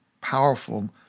powerful